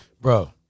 Bro